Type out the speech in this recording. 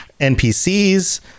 npcs